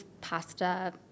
Pasta